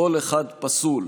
קול אחד פסול.